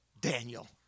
Daniel